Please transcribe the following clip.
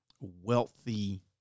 wealthy